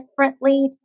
differently